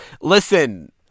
Listen